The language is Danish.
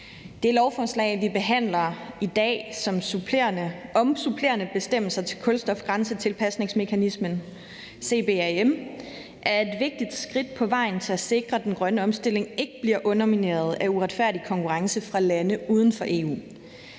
Det lovforslag, vi behandler i dag om supplerende bestemmelser til kulstofgrænsetilpasningsmekanismen, CBAM, er et vigtigt skridt på vejen til at sikre, at den grønne omstilling ikke bliver undermineret af uretfærdig konkurrence fra lande uden for EU.